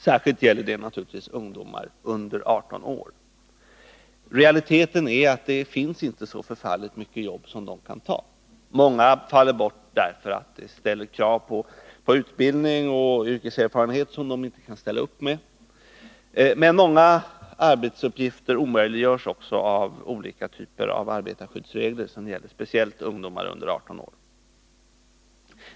Särskilt gäller det naturligtvis ungdomar under 18 år. Realiteten är att det inte finns så förfärligt många jobb som de kan ta. Många arbeten faller bort därför att man ställer krav på utbildning och yrkeserfarenhet som ungdo marna inte kan ställa upp med. Men många arbetsuppgifter omöjliggörs också av olika typer av arbetarskyddsregler som gäller speciellt ungdomar under 18 år.